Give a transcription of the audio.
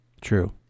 True